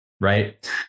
right